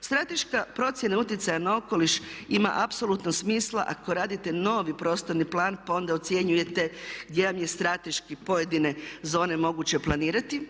Strateška procjena utjecaja na okoliš ima apsolutno smisla ako radite novi prostorni plan pa onda ocjenjujete gdje vam je strateški pojedine zone moguće planirati.